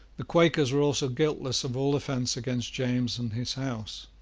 the quakers were also guiltless of all offence against james and his house.